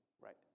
right